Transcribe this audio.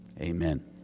amen